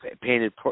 painted